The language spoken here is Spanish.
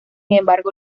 embargo